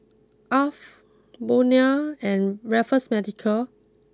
Alf Bonia and Raffles Medical